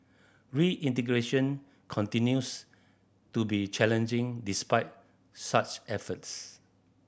reintegration continues to be challenging despite such efforts